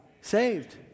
Saved